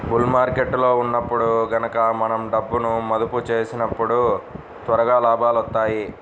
bull మార్కెట్టులో ఉన్నప్పుడు గనక మనం డబ్బును మదుపు చేసినప్పుడు త్వరగా లాభాలొత్తాయి